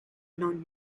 non